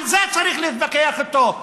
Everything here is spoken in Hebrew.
על זה צריך להתווכח איתו.